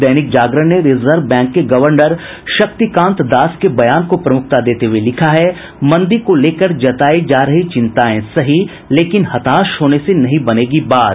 दैनिक जागरण ने reserve bank के governor Shaktikanta Das के बयान को प्रमुखता देते हुए लिखा है मंदी को लेकर जतायी जा रही चिंताएं सही लेकिन हताश होने से नहीं बनेगी बात